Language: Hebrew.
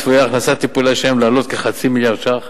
צפויה הכנסת טיפולי השיניים לעלות כחצי מיליארד ש"ח.